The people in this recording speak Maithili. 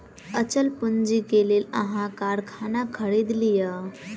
अचल पूंजी के लेल अहाँ कारखाना खरीद लिअ